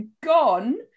gone